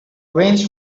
veins